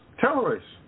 terrorists